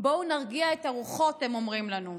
בואו נרגיע את הרוחות, הם אומרים לנו,